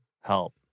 help